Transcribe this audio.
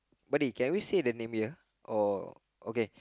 buddy can we say the name here or okay